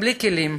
ובלי כלים.